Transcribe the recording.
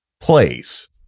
place